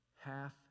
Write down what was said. half